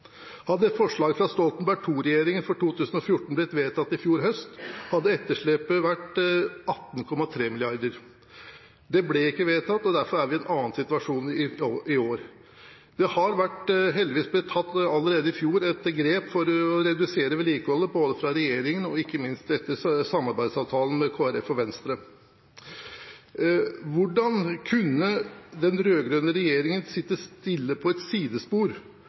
Hadde forslaget fra Stoltenberg II-regjeringen for 2014 blitt vedtatt i fjor høst, hadde etterslepet vært 18,3 mrd. kr. Det ble ikke vedtatt, og derfor er vi i en annen situasjon i år. Det ble heldigvis allerede i fjor tatt et grep for å redusere vedlikeholdsetterslepet både fra regjeringen og ikke minst etter samarbeidsavtalen med Kristelig Folkeparti og Venstre. Hvordan kunne den rød-grønne regjeringen sitte stille på et sidespor